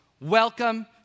Welcome